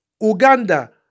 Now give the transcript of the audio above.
Uganda